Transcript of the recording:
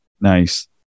Nice